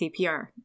CPR